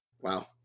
Wow